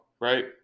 right